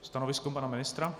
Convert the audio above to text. Stanovisko pana ministra?